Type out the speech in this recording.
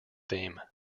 theme